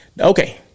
Okay